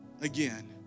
Again